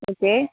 okay